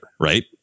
Right